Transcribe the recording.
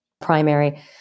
primary